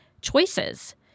choices